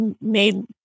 made